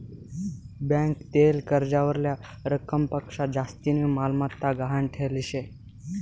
bank देयेल कर्जावरल्या रकमपक्शा जास्तीनी मालमत्ता गहाण ठीलेस